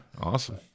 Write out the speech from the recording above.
Awesome